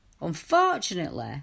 Unfortunately